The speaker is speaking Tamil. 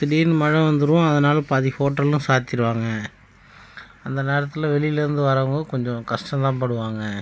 திடீரெனு மழை வந்துடும் அதனால் பாதி ஹோட்டலெலாம் சார்த்திடுவாங்க அந்த நேரத்தில் வெளியிலேருந்து வரவங்க கொஞ்சம் கஷ்டம்தான் படுவாங்க